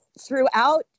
throughout